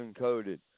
encoded